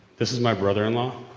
this is my brother-in-law.